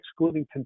excluding